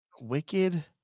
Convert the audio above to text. Wicked